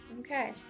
Okay